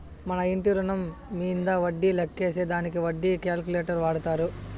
మన ఇంటి రుణం మీంద వడ్డీ లెక్కేసే దానికి వడ్డీ క్యాలిక్యులేటర్ వాడతారు